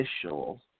official